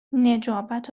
نجابت